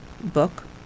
book